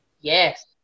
yes